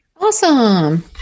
Awesome